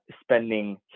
spending